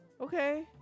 Okay